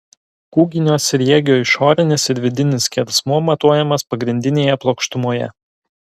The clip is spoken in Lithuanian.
kūginio sriegio išorinis ir vidinis skersmuo matuojamas pagrindinėje plokštumoje